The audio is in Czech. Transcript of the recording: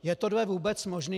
Je tohle vůbec možné?